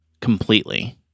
completely